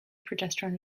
progesterone